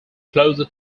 closely